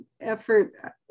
effort